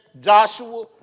Joshua